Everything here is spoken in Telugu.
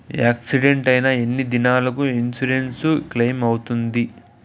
యాక్సిడెంట్ అయిన ఎన్ని దినాలకు ఇన్సూరెన్సు క్లెయిమ్ అవుతుంది?